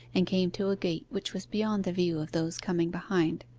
and came to a gate which was beyond the view of those coming behind.